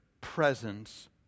presence